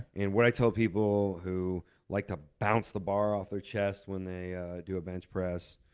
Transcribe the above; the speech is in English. and what i tell people who like to bounce the bar off their chest when they do a bench press,